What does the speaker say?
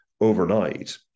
overnight